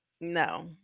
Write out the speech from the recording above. no